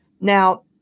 Now